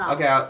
Okay